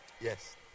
Yes